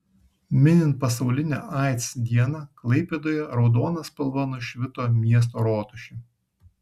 minint pasaulinę aids dieną klaipėdoje raudona spalva nušvito miesto rotušė